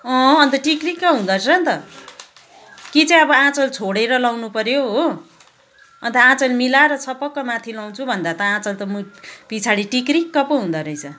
अँ अन्त टिक्रिक्कै हुँदो रहेछ नि त कि चाहिँ अब आँचल छोडेर लगाउनु पऱ्यो हो अन्त आँचल मिलाएर छपक्क माथी लाउँछु भन्दा त आँचल त मु पिछाडि टिक्रिक्क पो हुँदो रहेछ